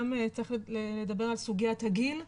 גם צריך לדבר על סוגיית הגיל,